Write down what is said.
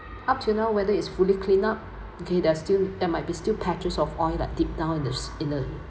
up to now whether it's fully cleanup okay that's still there might be still patches of oil that deep down in the in the